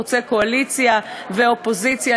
חוצה קואליציה ואופוזיציה.